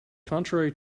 contrary